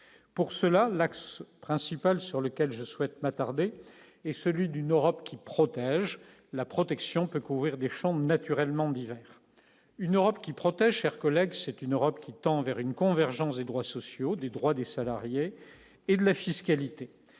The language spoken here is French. pour cela l'axe principal sur lequel je souhaite m'a tardé et celui d'une Europe qui protège la protection peut couvrir défendent naturellement divers, une Europe qui protège, chers collègues, c'est une Europe qui tend vers une convergence des droits sociaux, des droits des salariés et de la fiscalité